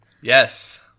Yes